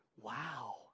wow